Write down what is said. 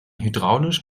hydraulisch